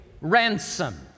ransom